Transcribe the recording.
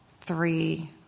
three